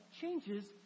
changes